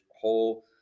whole